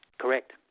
Correct